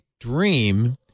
dream